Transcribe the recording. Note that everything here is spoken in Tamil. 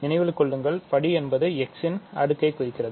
நினைவில் கொள்ளுங்கள் படி என்பது x இன் அடுக்குக்கு குறிக்கிறது